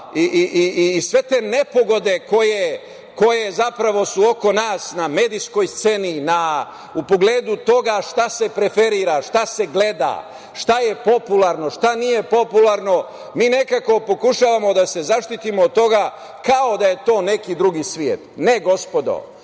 i sve te nepogode koje zapravo su oko nas na medijskoj sceni, u pogledu toga šta se preferira, šta se gleda, šta je popularno, šta nije popularno. Mi nekako pokušavamo da se zaštitimo od toga kao da je to neki drugi svet. Ne, gospodo.